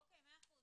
אוקי, מאה אחוז.